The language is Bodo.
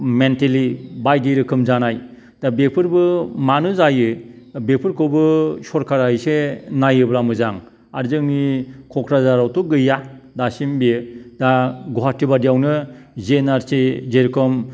मेनटेलि बायदि रोखोम जानाय दा बेफोरबो मानो जायो बेफोरखौबो सरकारा एसे नायोब्ला मोजां आरो जोंनि क'क्राझारआवथ' गैया दासिम बेयो दा गुवाहाटी बादिआवनो जि एन आर सि जेरखम